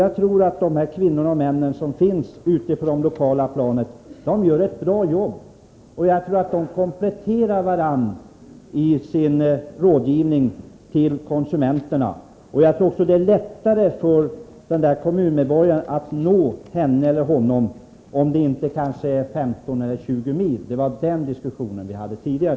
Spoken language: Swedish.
Jag tror att de här kvinnorna och männen på det lokala planet gör ett bra jobb och att de kompletterar varandra i arbetet med rådgivning till konsumenterna. Jag tror också att det är lättare för kommunmedborgaren att nå henne eller honom om det inte rör sig om ett avstånd på kanske 15 eller 20 mil. Det var den diskussionen vi hade tidigare.